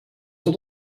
tot